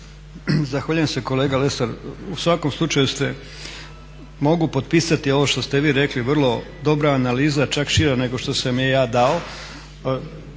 Zahvaljujem se. Kolega Lesar, u svakom slučaju mogu potpisati ovo što ste vi rekli. Vrlo dobra analiza, čak šira nego što sam je ja dao.